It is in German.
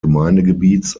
gemeindegebiets